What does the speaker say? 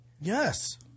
Yes